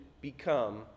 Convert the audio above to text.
become